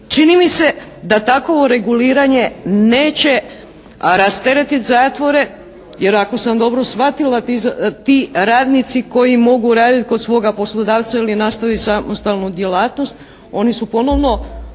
Čini mi se da takovo reguliranje neće rastereti zatvore. Jer ako sam dobro shvatila ti radnici koji mogu raditi kod svoga poslodavca ili nastaviti samostalnu djelatnost oni su ponovno